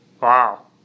Wow